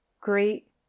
great